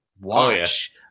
watch